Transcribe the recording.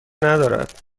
ندارد